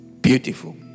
Beautiful